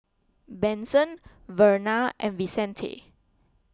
Benson Verna and Vicente